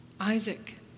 Isaac